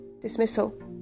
dismissal